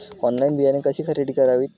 Online बियाणे कशी खरेदी करावीत?